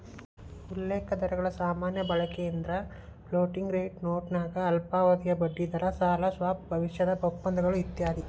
ಉಲ್ಲೇಖ ದರಗಳ ಸಾಮಾನ್ಯ ಬಳಕೆಯೆಂದ್ರ ಫ್ಲೋಟಿಂಗ್ ರೇಟ್ ನೋಟನ್ಯಾಗ ಅಲ್ಪಾವಧಿಯ ಬಡ್ಡಿದರ ಸಾಲ ಸ್ವಾಪ್ ಭವಿಷ್ಯದ ಒಪ್ಪಂದಗಳು ಇತ್ಯಾದಿ